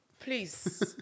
Please